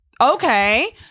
Okay